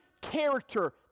character